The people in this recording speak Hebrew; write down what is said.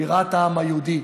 בירת העם היהודי,